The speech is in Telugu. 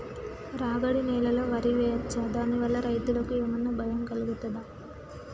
రాగడి నేలలో వరి వేయచ్చా దాని వల్ల రైతులకు ఏమన్నా భయం కలుగుతదా?